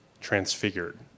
transfigured